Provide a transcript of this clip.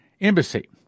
Embassy